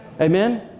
Amen